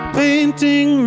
painting